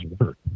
work